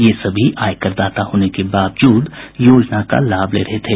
ये सभी आयकरदाता होने के बावजूद योजना का लाभ ले रहे थे